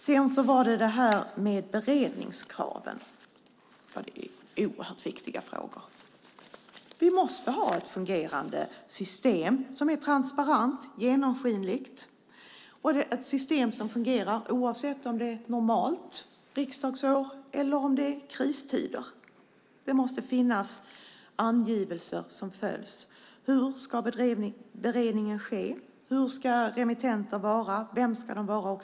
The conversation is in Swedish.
Sedan har vi beredningskraven. Det är oerhört viktiga frågor. Vi måste ha ett fungerande system som är transparent. Det måste vara ett system som fungerar oavsett om det är ett normalt riksdagsår eller om det är kristider. Det måste finnas angivelser som följs. Hur ska beredningen ske? Hur ska remittenterna vara? Vem ska få vara det?